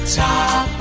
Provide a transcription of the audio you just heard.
top